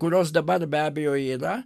kurios dabar be abejo yra